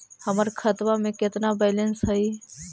हमर खतबा में केतना बैलेंस हई?